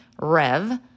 Rev